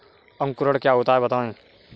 अंकुरण क्या होता है बताएँ?